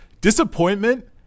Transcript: disappointment